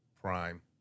Prime